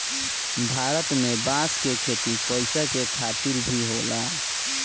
भारत में बांस क खेती पैसा के खातिर भी होला